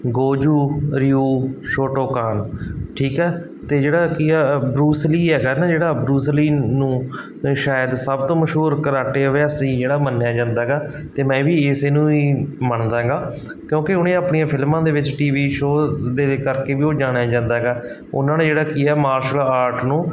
Goju-ryu Shotokan ਠੀਕ ਹੈ ਅਤੇ ਜਿਹੜਾ ਕੀ ਆ ਬਰੂਸ ਲੀ ਹੈਗਾ ਨਾ ਜਿਹੜਾ ਬਰੂਸ ਲੀ ਨੂੰ ਸ਼ਾਇਦ ਸਭ ਤੋਂ ਮਸ਼ਹੂਰ ਕਰਾਟੇ ਅਭਿਆਸੀ ਜਿਹੜਾ ਮੰਨਿਆ ਜਾਂਦਾ ਹੈਗਾ ਅਤੇ ਮੈਂ ਵੀ ਇਸੇ ਨੂੰ ਹੀ ਮੰਨਦਾ ਹੈਗਾ ਕਿਉਂਕਿ ਉਹਨੇ ਆਪਣੀਆਂ ਫਿਲਮਾਂ ਦੇ ਵਿੱਚ ਟੀਵੀ ਸ਼ੋ ਦੇ ਵੀ ਕਰਕੇ ਵੀ ਉਹ ਜਾਣਿਆ ਜਾਂਦਾ ਹੈਗਾ ਉਹਨਾਂ ਨੇ ਜਿਹੜਾ ਕੀ ਹੈ ਮਾਰਸ਼ਲ ਆਰਟ ਨੂੰ